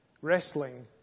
wrestling